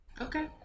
Okay